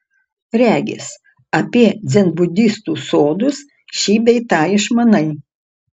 regis apie dzenbudistų sodus šį bei tą išmanai